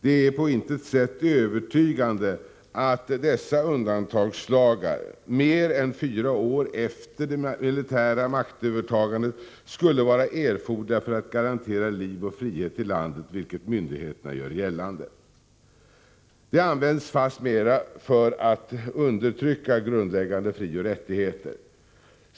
Det är på intet sätt övertygande att dessa undantagslagar mer än fyra år efter det militära maktövertagandet skulle vara erforderliga för att garantera liv och frihet i landet, vilket myndigheterna gör gällande. De används fastmera för att undertrycka grundläggande frioch rättigheter.